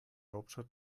hauptstadt